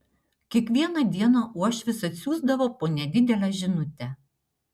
kiekvieną dieną uošvis atsiųsdavo po nedidelę žinutę